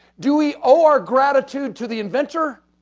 do we owe our gratitude to the inventor,